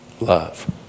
Love